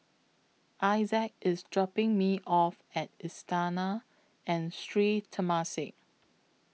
Isaac IS dropping Me off At Istana and Sri Temasek